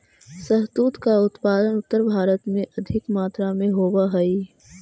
शहतूत का उत्पादन उत्तर भारत में अधिक मात्रा में होवअ हई